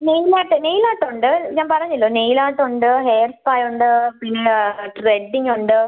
nail art nail art ഉണ്ട് ഞാൻ പറഞ്ഞില്ലേ നെയിൽ ആർട്ട് ഉണ്ട് ഹെയർ സ്പാ ഉണ്ട് പിന്നെ ത്രെഡിംഗ് ഉണ്ട്